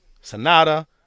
Sonata